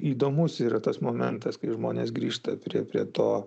įdomus yra tas momentas kai žmonės grįžta prie prie to